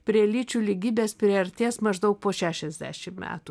prie lyčių lygybės priartės maždaug po šešiasdešim metų